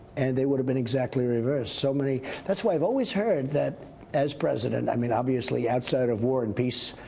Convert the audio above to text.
and they would have been exactly reversed. so many that's why i've always heard that as president, i mean obviously outside of war and peace,